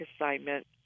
assignment